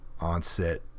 onset